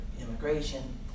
immigration